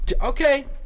Okay